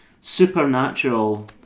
supernatural